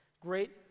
great